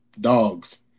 Dogs